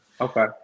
Okay